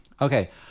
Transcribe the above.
Okay